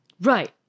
Right